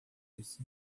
isso